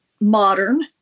modern